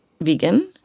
vegan